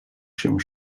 się